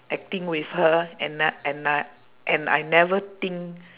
acting with her and I and I and I never think